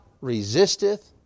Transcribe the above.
resisteth